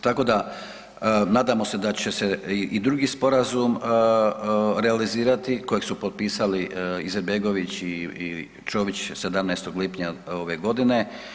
Tako da nadamo se da će se i drugi sporazum realizirati kojeg su potpisali Izetbegović i Čović 17. lipnja ove godine.